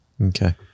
Okay